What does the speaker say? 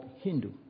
Hindu